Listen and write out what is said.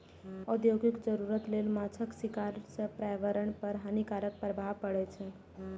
औद्योगिक जरूरत लेल माछक शिकार सं पर्यावरण पर हानिकारक प्रभाव पड़ै छै